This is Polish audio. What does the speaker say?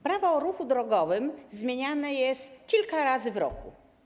Prawo o ruchu drogowym zmieniane jest kilka razy w roku.